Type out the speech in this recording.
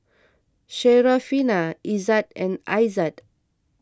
Syarafina Izzat and Aizat